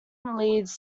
leeds